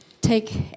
Take